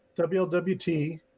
WLWT